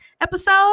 episode